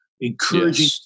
encouraging